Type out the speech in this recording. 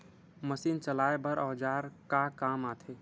Machine चलाए बर औजार का काम आथे?